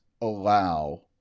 allow